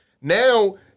Now